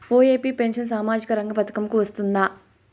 OAP pension సామాజిక రంగ పథకం కు వస్తుందా?